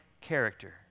character